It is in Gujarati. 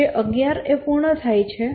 જે 11 એ પૂર્ણ થાય છે